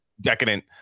decadent